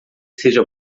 seja